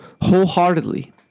wholeheartedly